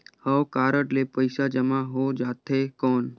हव कारड ले पइसा जमा हो जाथे कौन?